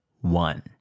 One